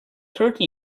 thirty